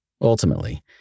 Ultimately